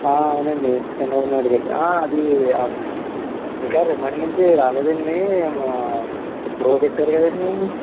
అవునండి చంద్రబాబు నాయిడు గారిది అది ఇంకా రిమాండ్ నుంచి రాలేదా అండి ఎప్పుడో పెట్టారు కదండీ